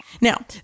Now